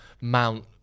Mount